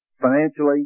financially